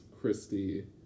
Christy